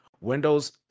Windows